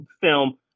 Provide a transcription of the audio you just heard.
film